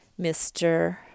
Mr